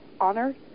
honor